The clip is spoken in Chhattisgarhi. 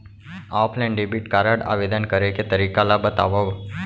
ऑफलाइन डेबिट कारड आवेदन करे के तरीका ल बतावव?